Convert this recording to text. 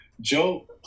Joe